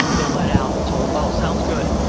they're let out and told, oh, sounds good.